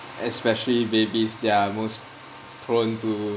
especially babies they're most prone to